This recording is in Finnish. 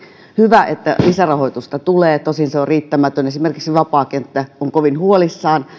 hyvä että lisärahoitusta tulee tosin se on riittämätöntä esimerkiksi vapaa kenttä on kovin huolissaan